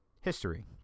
History